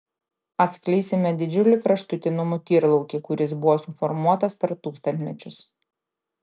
atskleisime didžiulį kraštutinumų tyrlaukį kuris buvo suformuotas per tūkstantmečius